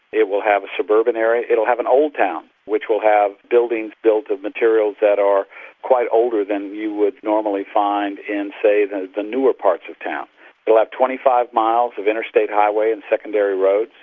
it will have a suburban area. it will have an old town which will have buildings built of materials that are quite older than you would normally find in, say, the the newer parts of town. it will have twenty five miles of interstate highway and secondary roads,